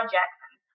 Jackson